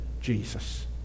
Jesus